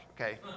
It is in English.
Okay